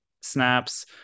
snaps